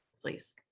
please